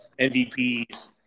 MVPs